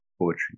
poetry